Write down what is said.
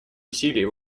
усилий